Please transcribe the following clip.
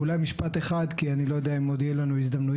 ואולי משפט אחד כי אני לא יודע אם עוד יהיה לנו הזדמנויות,